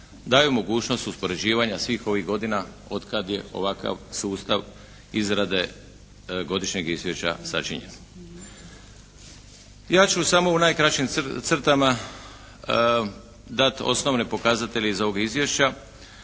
daju mogućnost uspoređivanja svih ovih godina od kada je ovakav sustav izrade godišnjeg izvješća sačinjen. Ja ću samo u najkraćim crtama dati osnovne pokazatelje iz ovog izvješća